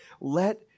let